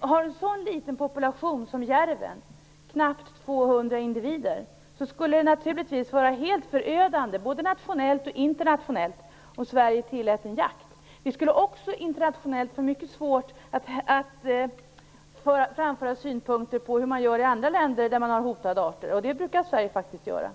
har så liten population som järven - knappt 200 individer - skulle det naturligtvis vara helt förödande, både nationellt och internationellt, om Sverige tillät jakt. Vi skulle också få mycket svårt att internationellt framföra synpunkter på hur man gör i andra länder där det finns hotade arter, och det brukar Sverige faktiskt göra.